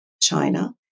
China